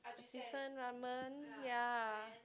Ajisen ramen ya